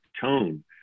tone